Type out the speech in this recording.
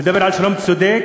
לדבר על שלום צודק,